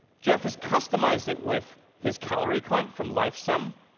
jeff has customized it with his call lee count from lifesum,